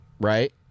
right